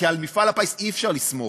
כי על מפעל הפיס אי-אפשר לסמוך,